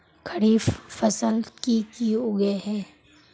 खरीफ फसल की की उगैहे?